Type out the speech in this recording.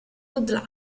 good